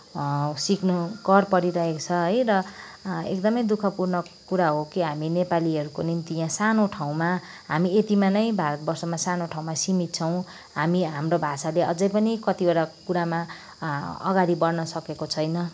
सिक्नु कर परिरहेको छ है र एकदमै दु खपूर्ण कुरा हो कि हामी नेपालीहरूको निम्ति यहाँ लानो ठाउँमा हामी यतिमा नै भारतवर्षमा सानो ठाउँमा सीमित छौँ हामी हाम्रो भाषाले अझै पनि कतिवटा कुरामा अगाडि बढ्न सकेको छैन